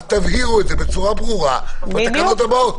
אז תבהירו את זה בצורה ברורה בתקנות הבאות,